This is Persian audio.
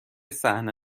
صحنه